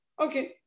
Okay